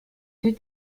deux